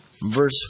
verse